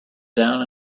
down